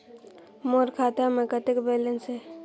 मोर खाता मे कतेक बैलेंस हे?